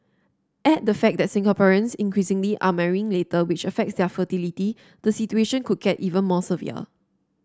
add the fact that Singaporeans increasingly are marrying later which affects their fertility the situation could get even more severe